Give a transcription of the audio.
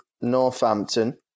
Northampton